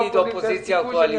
באופוזיציה.